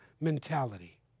mentality